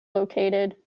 located